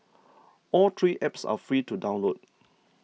all three apps are free to download